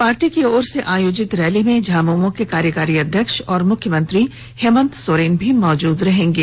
party की ओर से आयोजित रैली में झामुमो के कार्यकारी अध्यक्ष और मुख्यमंत्री हेमंत सोरेन भी मौजूद रहेंगे